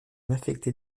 affectait